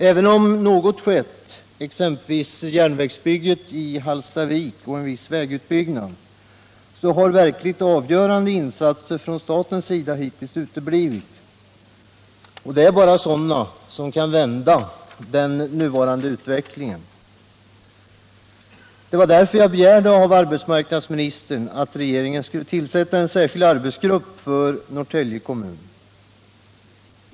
Även om något skett, exempelvis järnvägsbygget i Hallstavik och en viss vägutbyggnad, har verkligt avgörande insatser från statens sida hittills uteblivit. Och det är bara sådana som kan vända den nuvarande utvecklingen. Det var därför jag begärde av arbetsmarknadsministern att regeringen skulle tillsätta en särskild arbetsgrupp för Norrtälje kommun.